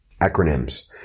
Acronyms